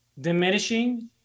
diminishing